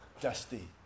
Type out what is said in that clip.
Dusty